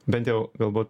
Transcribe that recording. bent jau galbūt